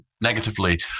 negatively